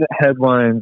headlines